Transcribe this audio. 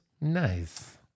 Nice